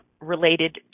related